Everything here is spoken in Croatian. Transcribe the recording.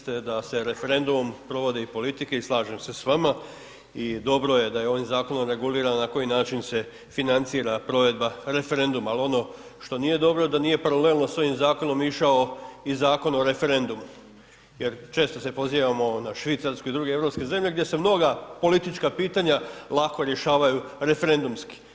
Kolega Đujić, rekli ste da se referendumom provode i politike, i slažem se s vama, i dobro je da je ovim Zakonom regulirana na koji način se financira provedba referenduma, al' ono što nije dobro, da nije paralelno s ovim Zakonom išao i Zakon o referendumu, jer često se pozivamo na Švicarsku i druge europske zemlje gdje se mnoga politička pitanja lako rješavaju referendumski.